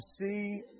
see